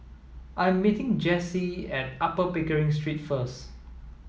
I'm meeting Jessee at Upper Pickering Street first